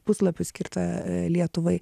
puslapių skirta lietuvai